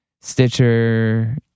Stitcher